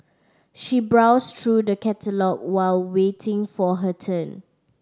she browsed through the catalogue while waiting for her turn